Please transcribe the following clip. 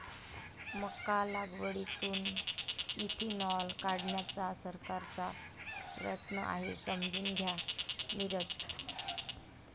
मका लागवडीतून इथेनॉल काढण्याचा सरकारचा प्रयत्न आहे, समजून घ्या नीरज